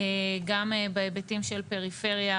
גם בהיבטים של פריפריה,